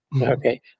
Okay